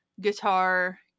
guitar